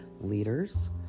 leaders